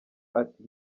ati